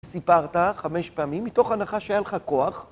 סיפרת חמש פעמים מתוך הנחה שהיה לך כוח